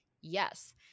yes